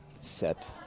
set